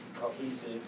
cohesive